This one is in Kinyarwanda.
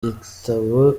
gitabo